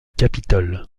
capitole